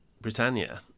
Britannia